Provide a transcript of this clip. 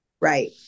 Right